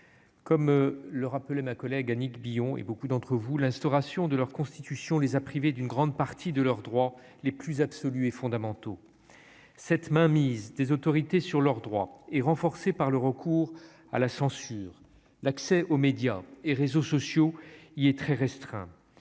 comme le rappelait ma collègue Annick Billon et beaucoup d'entre vous l'instauration de leur constitution les a privés d'une grande partie de leurs droits les plus absolu et fondamentaux cette mainmise des autorités sur leurs droits et renforcé par le recours à la censure, l'accès aux médias et réseaux sociaux, il est très restreint,